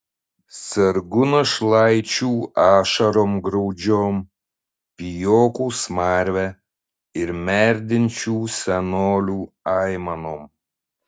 sergu našlaičių ašarom graudžiom pijokų smarve ir merdinčių senolių aimanom